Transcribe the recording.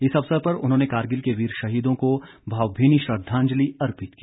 इस अवसर पर उन्होंने कारगिल के वीर शहीदों को भावभीनी श्रद्वांजलि अर्पित की